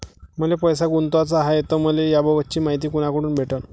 मले पैसा गुंतवाचा हाय तर मले याबाबतीची मायती कुनाकडून भेटन?